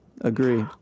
agree